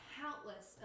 countless